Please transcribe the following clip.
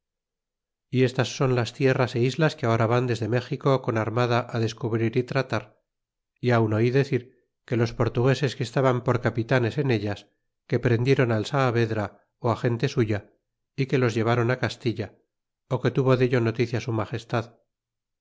y estas son las tierras é islas que ahora van desde méxico con armada á descubrir y tratar y aun oí decir que los portugueses que estaban por capitanes en ellas que prendieron al saavedra ó gente suya y que los lleváron á castilla ó que tuvo dello noticia su magestad